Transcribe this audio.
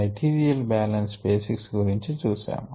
material balance basics గురించి చుసాము